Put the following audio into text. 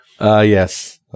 yes